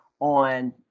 on